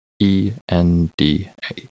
E-N-D-A